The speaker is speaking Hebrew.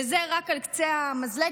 וזה רק על קצה המזלג.